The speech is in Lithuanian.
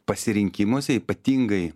pasirinkimuose ypatingai